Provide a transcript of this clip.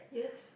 yes